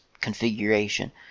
configuration